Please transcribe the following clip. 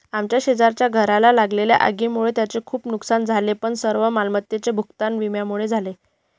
आमच्या शेजारच्या घराला लागलेल्या आगीमुळे त्यांचे खूप नुकसान झाले पण सर्व मालमत्तेचे भूगतान विम्यामुळे झाले